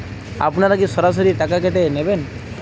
আপনারা কি সরাসরি টাকা কেটে নেবেন?